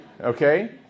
Okay